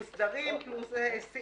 (שירותים פיננסיים מוסדרים) ולחוק הפיקוח על שירותים פיננסיים (ביטוח),